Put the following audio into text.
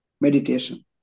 meditation